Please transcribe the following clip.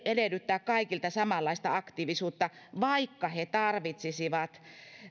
edellyttää kaikilta samanlaista aktiivisuutta vaikka he tarvitsisivat